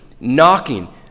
knocking